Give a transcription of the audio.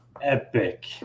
epic